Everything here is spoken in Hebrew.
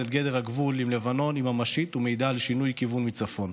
את גדר הגבול עם לבנון היא ממשית ומעידה על שינוי כיוון מצפון.